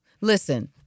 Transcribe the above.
Listen